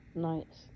nights